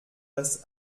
das